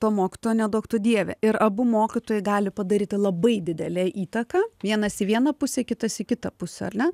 to mokytojo neduok tu dieve ir abu mokytojai gali padaryti labai didelę įtaką vienas į vieną pusę kitas į kitą pusę ar ne